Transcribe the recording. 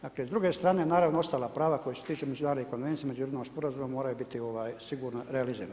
Dakle s druge strane naravno ostala prava koja se tiču međunarodnih konvencija i međunarodnog sporazuma moraju biti sigurno realizirana.